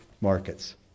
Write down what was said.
markets